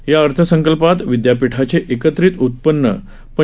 या अर्थसंकल्पात विदयापीठाचे एकत्रित उत्पन्न रु